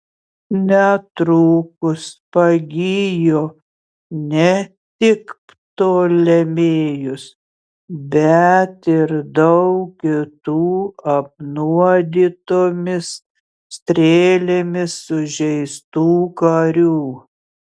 netrukus pagijo ne tik ptolemėjus bet ir daug kitų apnuodytomis strėlėmis sužeistų karių